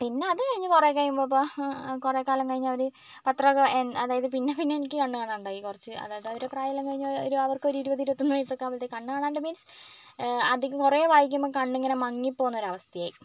പിന്നെ അത് കഴിഞ്ഞ് കുറെ കഴിയുമ്പോൾ ഇപ്പോൾ കുറെക്കാലം കഴിഞ്ഞവർ പത്രമൊക്കെ എൻ അതായത് പിന്നെ പിന്നെ എനിക്ക് കണ്ണ് കാണാണ്ടായി കുറച്ച് അതായത് ആ ഒരു പ്രായം എല്ലാം കഴിഞ്ഞ് ഒരു അവർക്കൊരു ഇരുപത് ഇരുപത്തൊന്ന് വയസ്സൊക്കെ ആകുമ്പോഴ്ത്തേക്കും കണ്ണ് കാണാണ്ട് മീൻസ് അതിങ്ങനെ കുറെ വായിക്കുമ്പം കണ്ണിങ്ങനെ മങ്ങിപോവുന്ന ഒരു അവസ്ഥയായി